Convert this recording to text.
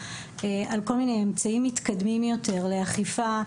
על כל מיני אמצעים מתקדמים יותר לאכיפה.